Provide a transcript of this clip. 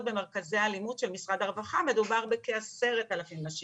במרכזי אלימות במשרדי הרווחה מדובר בכ-10,000 נשים.